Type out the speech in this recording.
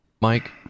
Mike